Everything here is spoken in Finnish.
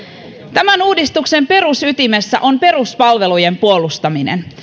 tämän uudistuksen perusytimessä on peruspalvelujen puolustaminen